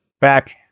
back